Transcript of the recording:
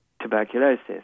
tuberculosis